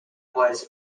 was